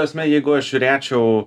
ta prasme jeigu aš žiūrėčiau